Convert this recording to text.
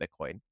bitcoin